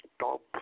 top